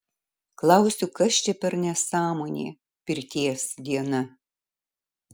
klausiu kas čia per nesąmonė pirties diena